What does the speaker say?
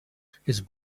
his